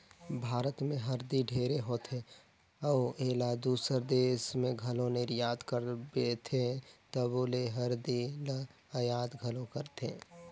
भारत में हरदी ढेरे होथे अउ एला दूसर देस में घलो निरयात करथे तबो ले हरदी ल अयात घलो करथें